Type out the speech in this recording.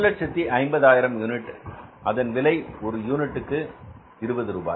150000 unit அதன் விலை ஒரு யூனிட்டுக்கு 20 ரூபாய்